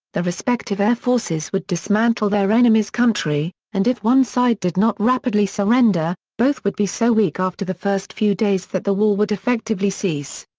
the respective air forces would dismantle their enemies' country, and if one side did not rapidly surrender, both would be so weak after the first few days that the war would effectively cease.